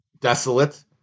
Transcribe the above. desolate